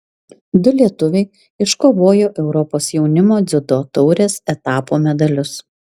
du lietuviai iškovojo europos jaunimo dziudo taurės etapo medalius